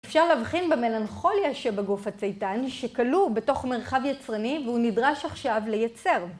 אפשר להבחין במלנכוליה שבגוף הצייתן שכלוא בתוך מרחב יצרני והוא נדרש עכשיו לייצר.